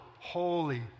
holy